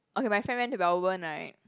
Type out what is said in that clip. okay my friend went to Melbourne right